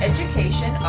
Education